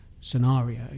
scenario